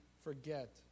forget